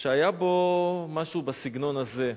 שהיה בו משהו בסגנון הזה: